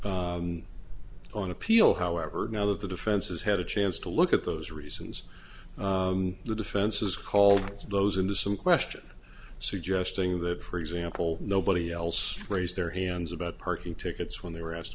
it on appeal however now that the defense has had a chance to look at those reasons the defense is called to those into some question suggesting that for example nobody else raised their hands about parking tickets when they were asked